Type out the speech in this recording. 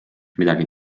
midagi